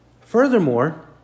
Furthermore